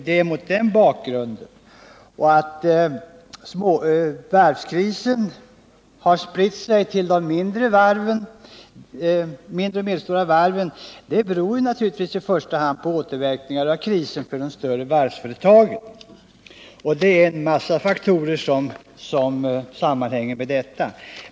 Det är mot den bakgrunden neddragningen av småvarven skall ses. Att varvskrisen har spritt sig till de mindre och medelstora varven beror naturligtvis i första hand på återverkningar av krisen för de större varvsföretagen, men också en mängd andra faktorer sammanhänger med detta.